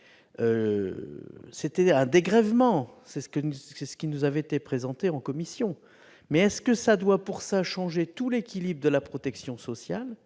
c'était un dégrèvement- c'est ce qui nous avait été présenté en commission. Mais cela justifie-t-il de changer tout l'équilibre de la protection sociale ?